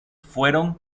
fueron